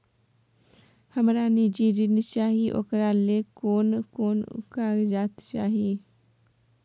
हमरा निजी ऋण चाही ओकरा ले कोन कोन कागजात चाही?